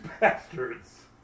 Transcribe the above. Bastards